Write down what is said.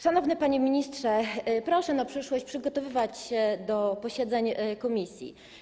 Szanowny panie ministrze, proszę na przyszłość przygotowywać się do posiedzeń komisji.